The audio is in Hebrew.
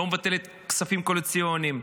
לא מבטלת כספים קואליציוניים,